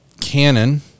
Canon